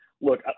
look